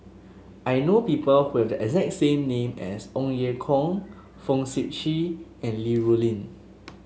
I know people who have the exact same name as Ong Ye Kung Fong Sip Chee and Li Rulin